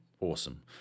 awesome